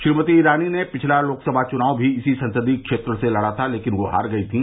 श्रीमती ईरानी ने पिछला लोकसभा भी इसी संसदीय क्षेत्र से लड़ा था लेकिन वह हार गई थी